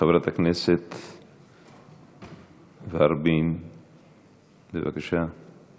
חברת הכנסת ורבין, בבקשה.